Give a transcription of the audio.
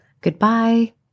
goodbye